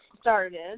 started